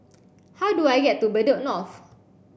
how do I get to Bedok North